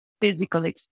physical